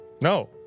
No